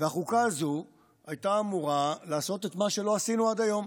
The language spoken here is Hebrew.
והחוקה הזו הייתה אמורה לעשות את מה שלא עשינו עד היום: